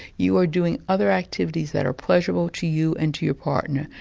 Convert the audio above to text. you are doing other activities that are pleasurable to you and to your partner,